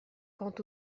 quant